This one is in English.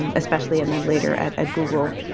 and especially and then later at at google,